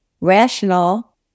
rational